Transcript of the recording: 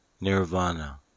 nirvana